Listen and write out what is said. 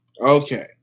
Okay